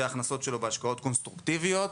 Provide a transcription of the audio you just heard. ההכנסות שלו בהשקעות קונסטרוקטיביות,